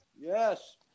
Yes